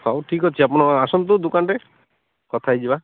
ହେଉ ଠିକ୍ ଅଛି ଆପଣ ଆସନ୍ତୁ ଦୁକାନରେ କଥା ହେଇଯିବା